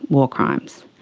war crimes.